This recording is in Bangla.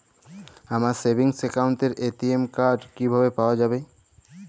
আমার সেভিংস অ্যাকাউন্টের এ.টি.এম কার্ড কিভাবে পাওয়া যাবে?